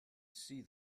see